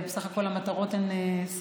בסך הכול המטרות הן זהות,